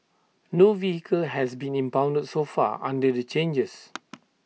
no vehicle has been impounded so far under the changes